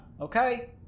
okay